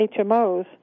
HMOs